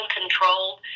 controlled